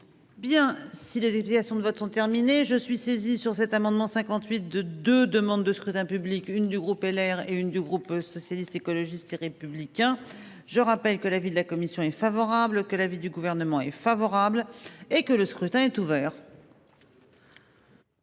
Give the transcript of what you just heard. Bien si les obligations de vote ont terminé je suis saisie sur cet amendement 58 de de demande de scrutin public une du groupe LR et une du groupe socialiste, écologiste et républicain. Je rappelle que l'avis de la commission est favorable que l'avis du gouvernement est favorable et que le scrutin est ouvert.